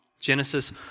Genesis